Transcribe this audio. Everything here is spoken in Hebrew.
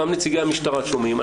גם נציגי המשטרה שומעים.